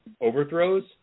overthrows